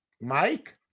Mike